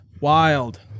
Wild